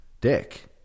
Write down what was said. dick